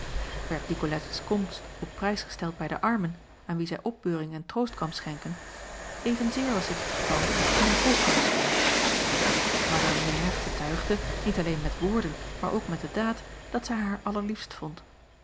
erd icolettes komst op prijs gesteld bij de armen aan wie zij opbeuring en troost kwam schenken evenzeer was dit het geval in een hoogere sfeer adame mère betuigde niet alleen met woorden maar ook met de daad dat zij haar allerliefst vond